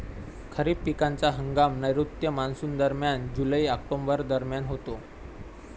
खरीप पिकांचा हंगाम नैऋत्य मॉन्सूनदरम्यान जुलै ऑक्टोबर दरम्यान होतो